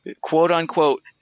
quote-unquote